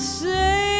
say